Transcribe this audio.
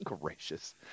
gracious